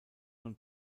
von